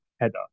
header